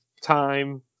time